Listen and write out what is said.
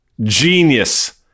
Genius